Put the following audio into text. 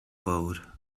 boat